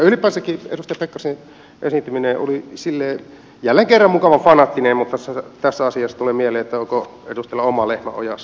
ylipäänsäkin edustaja pekkarisen esiintyminen oli jälleen kerran mukavan fanaattinen mutta tässä asiassa tulee mieleen että onko edustajalla oma lehmä ojassa